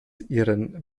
ihren